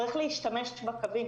צריך להשתמש בקווים.